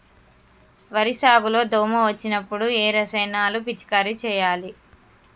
వరి సాగు లో దోమ వచ్చినప్పుడు ఏ రసాయనాలు పిచికారీ చేయాలి?